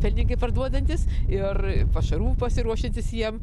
pelningai parduodantis ir pašarų pasiruošiantis jiem